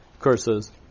curses